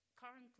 currently